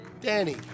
Danny